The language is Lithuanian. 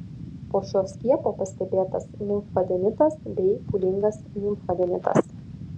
po šio skiepo pastebėtas limfadenitas bei pūlingas limfadenitas